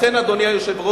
לכן, אדוני היושב-ראש,